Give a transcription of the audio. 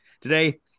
today